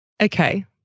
Okay